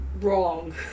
wrong